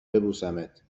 ببوسمت